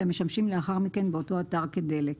והמשמשים לאחר מכן באותו אתר כדלק.